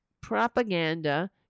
propaganda